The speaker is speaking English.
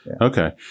okay